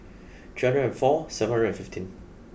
three hundred and four seven hundred and fifteen